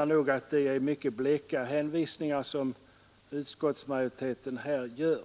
Vi menar att det är mycket bleka hänvisningar som utskottsmajoriteten här gör.